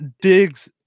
digs